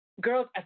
girls